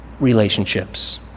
relationships